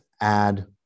add